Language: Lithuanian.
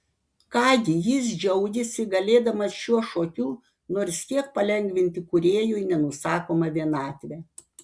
ką gi jis džiaugėsi galėdamas šiuo šokiu nors kiek palengvinti kūrėjui nenusakomą vienatvę